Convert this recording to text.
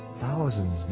thousands